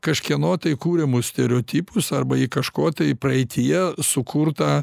kažkieno tai kuriamus stereotipus arba į kažko tai praeityje sukurtą